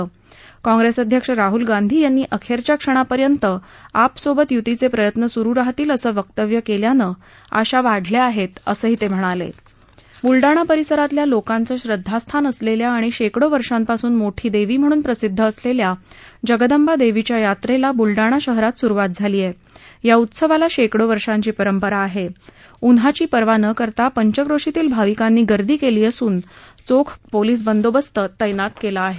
मात्र कॉप्रस्तअध्यक्ष राहुल गांधी यांनी अखख्ख्या क्षणापर्यंत आप सोबत युतीच प्रियत्न सुरू राहतील असं वक्तव्य कल्यानं आशा वाढल्या आहप्ती असं तस्किणालक्ष बुलडाणा परिसरातल्या लोकांचं श्रद्दास्थान असलस्त्रा आणि शक्की वर्षापासून मोठी दक्षीम्हणून प्रसिद्ध असलस्त्रा जगदंबा दक्षीप्या यात्रस्ती बुलडाणा शहरात सुरुवात झाली आह आ उत्सवाला शक्की वर्षाची परंपरा आहा उन्हाची पर्वा न करता पंचक्रोशीतील भाविकांनी गर्दी कली असून चोख पोलीस बंदोबस्त तेनात कल्ला आहे